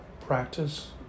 practice